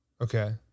Okay